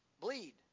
bleed